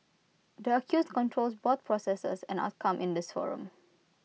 the accused controls both processes and outcome in this forum